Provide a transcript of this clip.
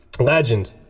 legend